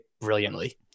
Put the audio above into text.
brilliantly